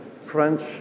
French